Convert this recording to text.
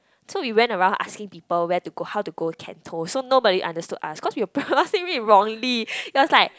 so we went around asking people where to go how to go Cantho so nobody understood us cause we were pronouncing it wrongly